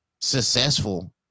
successful